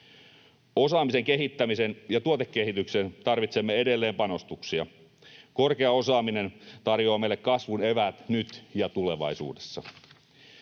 Osaamisen kehittämiseen ja tuotekehitykseen tarvitsemme edelleen panostuksia. Korkea osaaminen tarjoaa meille kasvun eväät nyt ja tulevaisuudessa.